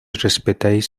respetáis